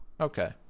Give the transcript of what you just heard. okay